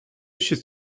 should